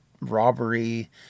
robbery